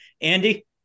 Andy